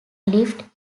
lift